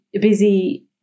busy